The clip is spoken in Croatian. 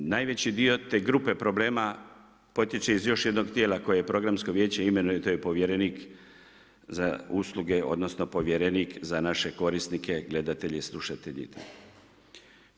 Najveći dio te grupe problema potječe iz još jednog tijela koje Programsko vijeće imenuje, to je povjerenik za usluge, odnosno povjerenik za naše korisnike, gledatelje, slušatelje itd.